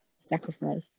sacrifice